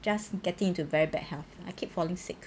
just getting into very bad health I keep falling sick